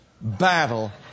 battle